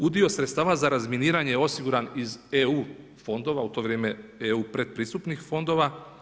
Udio sredstava za razminiranje je osiguran iz EU fondova, u to vrijeme EU predpristupnih fondova.